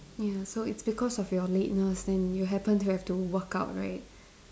ya so it's because of your lateness then you happen to have to work out right